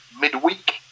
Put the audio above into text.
midweek